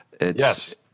Yes